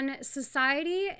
society